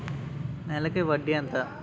నెలకి వడ్డీ ఎంత?